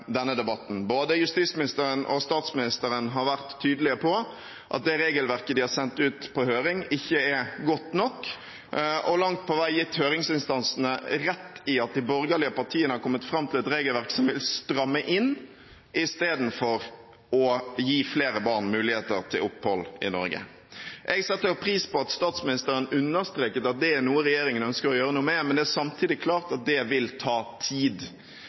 denne debatten. Både justisministeren og statsministeren har vært tydelige på at det regelverket de har sendt ut på høring, ikke er godt nok og har langt på vei gitt høringsinstansene rett i at de borgerlige partiene har kommet fram til et regelverk som vil stramme inn, istedenfor å gi flere barn muligheter til opphold i Norge. Jeg setter pris på at statsministeren understreket at det er noe regjeringen ønsker å gjøre noe med, men det er samtidig klart at det vil ta tid.